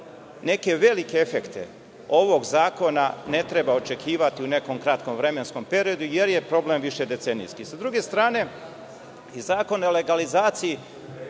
neke velike efekte ovog zakona ne treba očekivati u nekom kratkom vremenskom periodu, jer je problem višedecenijski. Sa druge strane, zakon o legalizaciji,